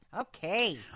Okay